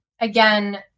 Again